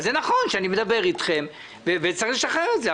נכון שאני מדבר אתכם וצריך לשחרר את זה.